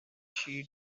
she